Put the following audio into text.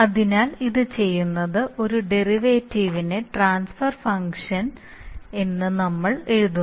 അതിനാൽ ഇത് ചെയ്യുന്നതിന് ഒരു ഡെറിവേറ്റീവിന്റെ ട്രാൻസ്ഫർ ഫംഗ്ഷൻ s എന്ന് നമ്മൾ എഴുതുന്നു